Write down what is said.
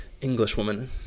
Englishwoman